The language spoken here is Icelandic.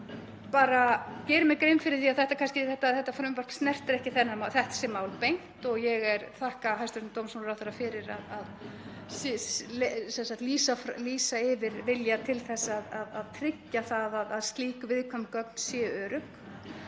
Ég geri mér grein fyrir því að þetta frumvarp snertir ekki þessi mál beint og ég þakka hæstv. dómsmálaráðherra fyrir að lýsa yfir vilja til þess að tryggja að slík viðkvæm gögn séu örugg,